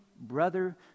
brother